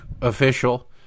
official